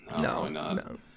no